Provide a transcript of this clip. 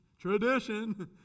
Tradition